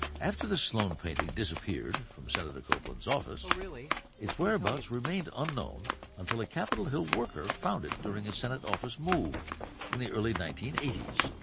after the sloan painting disappeared from senator copeland's office, its whereabouts remained unknown until a capitol hill worker found it during a senate office move in the early nineteen eighty s.